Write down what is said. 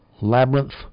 labyrinth